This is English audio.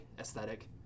aesthetic